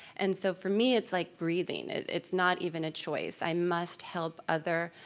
and so for me, it's like breathing. it's not even a choice. i must help other,